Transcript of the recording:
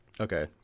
Okay